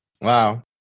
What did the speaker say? Wow